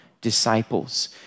disciples